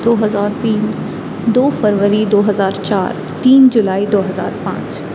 دو ہزار تین دو فروری دو ہزار چار تین جولائی دو ہزار پانچ